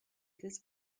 this